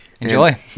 Enjoy